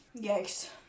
Yikes